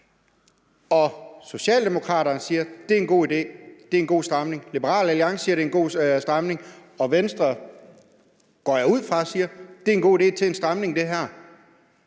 Socialdemokraterne siger, det er en god idé, det er en god stramning, Liberal Alliance siger det er en god stramning, og Venstre, går jeg ud fra, siger, det er en god idé til en stramning,